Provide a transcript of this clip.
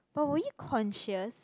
but were you conscious